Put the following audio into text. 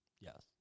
Yes